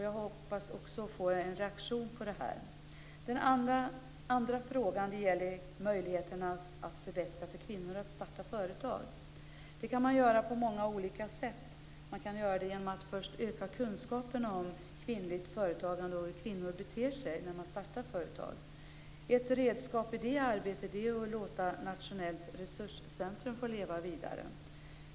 Jag hoppas också få en reaktion på det här. Den andra frågan gällde att förbättra möjligheterna för kvinnor att starta företag. Det kan man göra på många olika sätt. Man kan göra det genom att först öka kunskaperna om kvinnligt företagande och hur kvinnor beter sig när de startar företag. Ett redskap i det arbetet är att låta Nationellt resurscentrum få leva vidare.